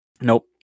Nope